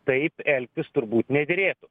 taip elgtis turbūt nederėtų